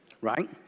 Right